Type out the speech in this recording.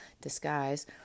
disguise